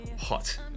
hot